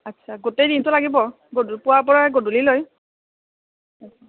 আচ্ছা গোটেই দিনটো লাগিব গধ পুৱাৰ পৰা গধূলীলৈ